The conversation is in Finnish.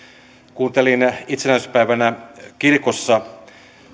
kuuntelin itsenäisyyspäivänä kirkossa